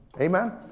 Amen